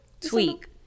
tweak